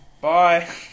Bye